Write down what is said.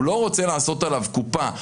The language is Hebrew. הוא לא רוצה לעשות עליו קופה.